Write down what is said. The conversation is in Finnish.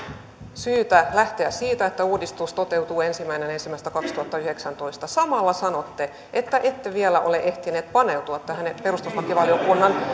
syytä lähteä siitä että uudistus toteutuu ensimmäinen ensimmäistä kaksituhattayhdeksäntoista samalla sanotte että ette vielä ole ehtineet paneutua tähän perustuslakivaliokunnan